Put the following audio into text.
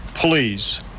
Please